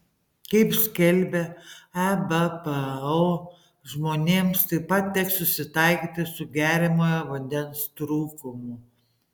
kaip skelbia ebpo žmonėms taip pat teks susitaikyti su geriamojo vandens trūkumu